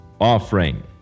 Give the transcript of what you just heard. offering